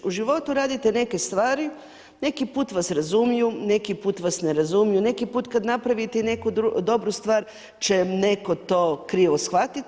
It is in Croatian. U životu radite neke stvari, neki put vas razumiju, neki put vas ne razumiju, neki put kad napravite i neku dobru stvar će netko to krivo shvatiti.